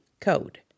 code